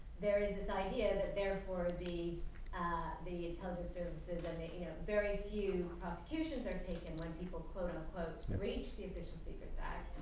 there is this idea that therefore the ah the intelligence services i mean you know very few prosecutions are taken when people, quote-unquote, breach the official secrets act,